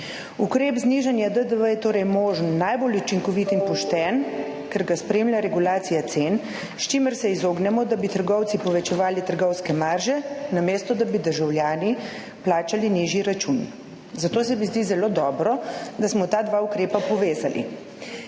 Ukrep znižanja DDV je torej možen, najbolj učinkovit in pošten, ker ga spremlja regulacija cen, s čimer se izognemo, da bi trgovci povečevali trgovske marže, namesto da bi državljani plačali nižji račun. Zato se mi zdi zelo dobro, da smo ta dva ukrepa povezali.